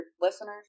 listeners